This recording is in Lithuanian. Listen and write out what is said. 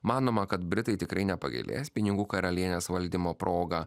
manoma kad britai tikrai nepagailės pinigų karalienės valdymo proga